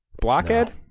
Blockhead